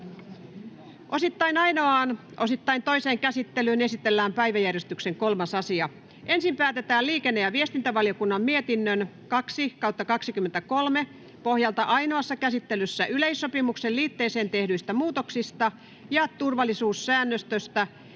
Osittain ainoaan, osittain toiseen käsittelyyn esitellään päiväjärjestyksen 3. asia. Ensin päätetään liikenne- ja viestintävaliokunnan mietinnön LiVM 2/2023 vp pohjalta ainoassa käsittelyssä yleissopimuksen liitteeseen tehdyistä muutoksista ja turvallisuussäännöstöstä